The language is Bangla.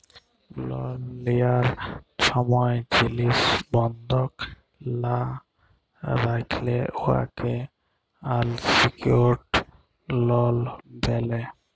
লল লিয়ার ছময় জিলিস বল্ধক লা রাইখলে উয়াকে আলসিকিউর্ড লল ব্যলে